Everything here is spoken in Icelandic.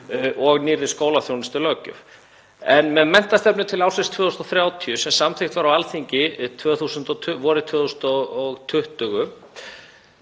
og nýrri skólaþjónustulöggjöf. Með menntastefnu til ársins 2030, sem samþykkt var á Alþingi vorið 2021,